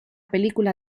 película